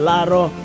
Laro